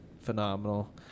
phenomenal